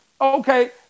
Okay